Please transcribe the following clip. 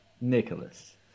Nicholas